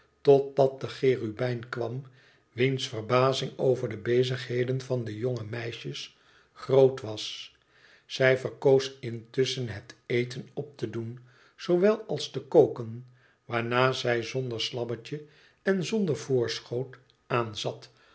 totdat de chubijn kwam wiens verbazing over de bezigheid van het jonge meisje groot was zij verkoos intusschen het eten op te doen zoowel als te koken waarna zij zonder slabbetje en zonder voorschoot aanzat